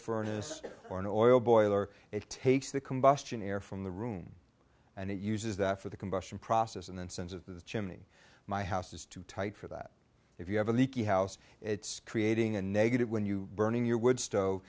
furnace or an oil boiler it takes the combustion air from the room and it uses that for the combustion process and then sins of the chimney my house is too tight for that if you have a leaky house it's creating a negative when you burning your woods